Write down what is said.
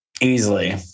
easily